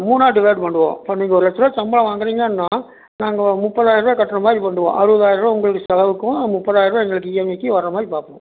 மூணாக டிவைட் பண்ணிவிடுவோம் இப்போ நீங்கள் ஒரு லட்சம்ரூவா சம்பளம் வாங்கறிங்கன்னா நாங்கள் முப்பதாயரூவா கட்டுற மாதிரி பண்ணுவோம் அறுபதாயரூவா உங்களுக்கு செலவுக்கும் முப்பதாயரூவா எங்களுக்கு இஎம்ஐக்கு வரமாதிரி பார்ப்போம்